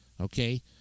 Okay